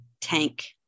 tank